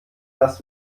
das